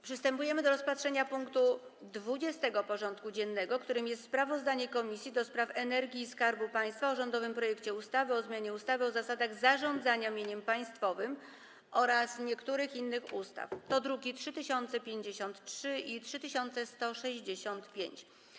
Przystępujemy do rozpatrzenia punktu 20. porządku dziennego: Sprawozdanie Komisji do Spraw Energii i Skarbu Państwa o rządowym projekcie ustawy o zmianie ustawy o zasadach zarządzania mieniem państwowym oraz niektórych innych ustaw (druki nr 3053 i 3165)